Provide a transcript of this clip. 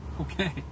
Okay